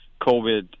COVID